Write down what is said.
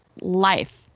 life